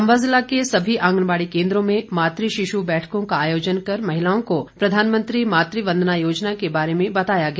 चंबा जिला के सभी आंगनबाड़ी केन्द्रों में मातृ शिशु बैठकों का आयोजन कर महिलाओं को प्रधानमंत्री मातृ वंदना योजना के बारे बताया गया